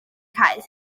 cae